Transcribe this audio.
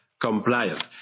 compliant